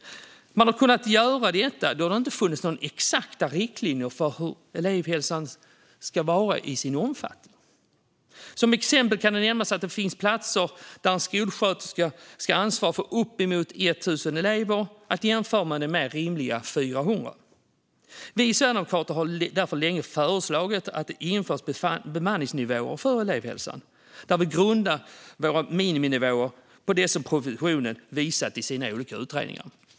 Man har kunnat göra detta då det inte funnits några exakta riktlinjer för omfattningen på elevhälsan. Som exempel kan nämnas att det finns platser där en skolsköterska ska ansvara för uppemot 1 000 elever - att jämföra med det mer rimliga 400. Vi sverigedemokrater har därför länge föreslagit att det införs bemanningsnivåer för elevhälsan, där vi grundar våra miniminivåer på det som professionen visat i sina olika utredningar.